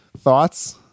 Thoughts